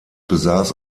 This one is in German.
besaß